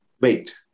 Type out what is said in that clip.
wait